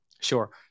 Sure